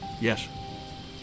yes